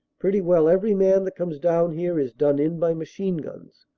pretty well every man that comes down here is done in by machine-guns.